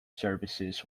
services